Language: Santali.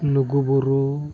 ᱞᱩᱜᱩ ᱵᱩᱨᱩ